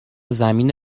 زمین